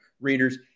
readers